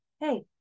Hey